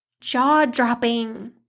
jaw-dropping